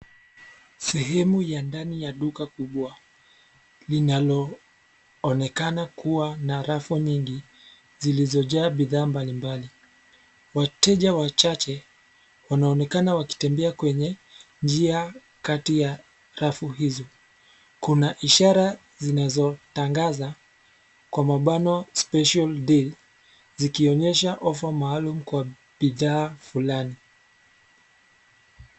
Sehemu ya ndani ya duka kubwa, linalo, onekana kuwa na rafu nyingi, zilizojaa bidhaa mbalimbali. Wateja wachache, wanaonekana wakitembea kwenye, njia, kati ya, rafu hizo. Kuna ishara, zinazo, tangaza, kwa mabano Special Day , zikionyesha ofa maalum kwa bidhaa fulani.